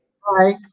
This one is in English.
Hi